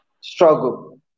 struggle